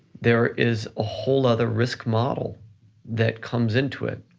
there is a whole other risk model that comes into it,